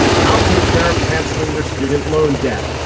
and i'll take care of canceling your student loan debt.